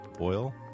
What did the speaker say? oil